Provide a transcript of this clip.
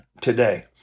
today